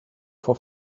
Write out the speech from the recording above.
for